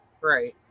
Right